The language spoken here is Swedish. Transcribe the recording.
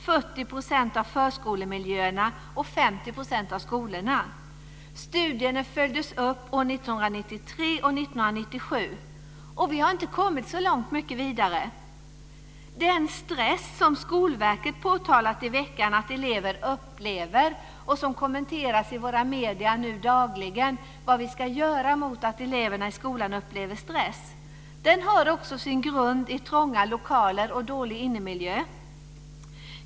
Studien följdes upp år 1993 och 1997. Vi har inte kommit så mycket längre. Den stress som Skolverket i veckan påtalat att elever upplever - i våra medier kommenteras nu dagligen vad vi ska göra åt att eleverna i skolan upplever stress - har också sin grund i trånga lokaler och dålig innemiljö.